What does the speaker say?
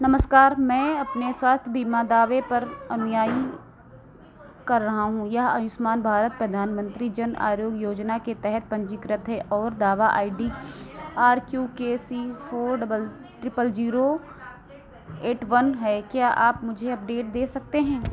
नमस्कार मैं अपने स्वास्थ्य बीमा दावे पर अनुयायी कर रहा हूँ यह आयुष्मान भारत प्रधानमंत्री जन आरोग्य योजना के तहत पंजीकृत है और दावा I D R Q K C four double triple zero eight one है क्या आप मुझे अपडेट दे सकते हैं